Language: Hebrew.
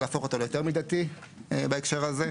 להפוך אותו ליותר מידתי בהקשר הזה.